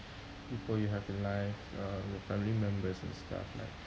people you have in life uh your family members and stuff like